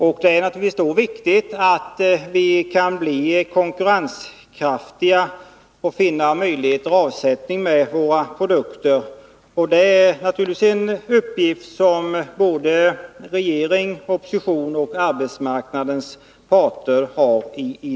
Och det är då naturligtvis viktigt att vi kan bli konkurrenskraftiga och finna möjligheter till avsättning för våra produkter, och det är givetvis en uppgift som både regering, opposition och arbetsmarknadens parter har.